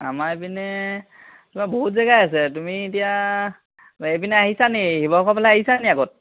আমাৰ ইপিনে তোমাৰ বহুত জেগাই আছে তুমি এতিয়া এইপিনে আহিছা নি শিৱসাগৰ ফালে আহিছা নি আগত